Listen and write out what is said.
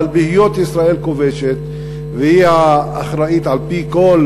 אבל בהיות ישראל כובשת והיא האחראית על-פי כל